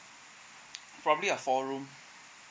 probably a four room